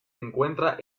encuentra